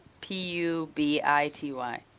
P-U-B-I-T-Y